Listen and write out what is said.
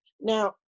Now